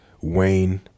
Wayne